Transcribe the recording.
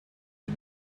you